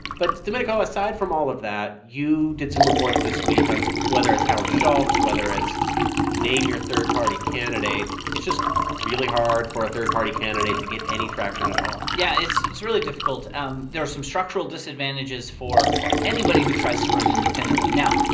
but, domenico, aside from all of that, you did some report this week on whether it's howard schultz, whether it's name your third-party candidate it's just really hard for a third-party candidate to get any traction at all yeah. it's it's really difficult. um there are some structural disadvantages for anybody who tries to run independently. now,